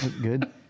good